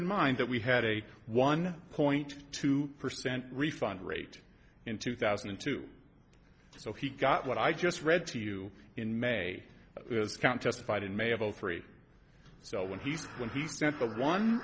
in mind that we had a one point two percent refund rate in two thousand and two so he got what i just read to you in may count testified in may of zero three so when he when he sent the one